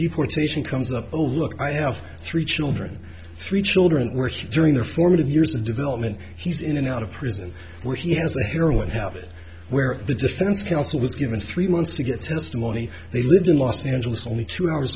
deportation comes up a look i have three children three children working during their formative years in development he's in and out of prison where he has a hero would have it where the defense counsel was given three months to get testimony they lived in los angeles only two hours